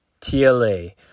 TLA